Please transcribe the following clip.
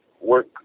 work